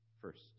first